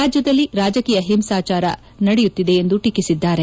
ರಾಜ್ಯದಲ್ಲಿ ರಾಜಕೀಯ ಹಿಂಸಾಚಾರ ನಡೆಯುತ್ತಿದೆ ಎಂದು ಟೀಕಿಸಿದ್ದಾರೆ